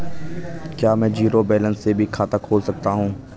क्या में zero balance से भी खाता खोल सकता हूँ?